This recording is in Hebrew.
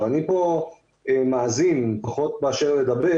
אני כאן יותר להאזין ופחות לדבר.